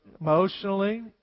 Emotionally